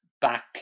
back